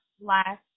last